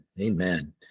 Amen